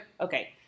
okay